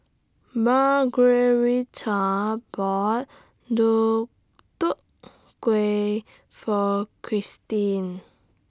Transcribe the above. Margueritta bought Deodeok Gui For Kristin